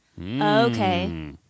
Okay